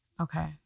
Okay